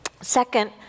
Second